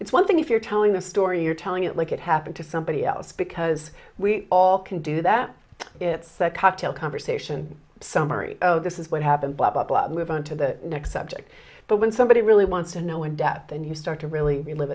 it's one thing if you're telling a story you're telling it like it happened to somebody else because we all can do that it's a cocktail conversation summary oh this is what happened blah blah blah move on to the next subject but when somebody really wants to know in depth and you start to really